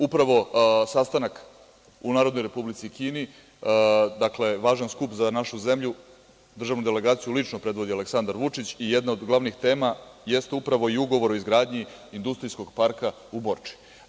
Upravo sastanak u Narodnoj Republici Kini, dakle, važan skup za našu zemlju, državnu delegaciju lično predvodi Aleksandar Vučić i jedna od glavnih tema jeste upravo i ugovor o izgradnji industrijskog parka u Borči.